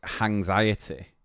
anxiety